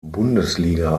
bundesliga